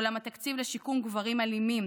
אולם התקציב לשיקום גברים אלימים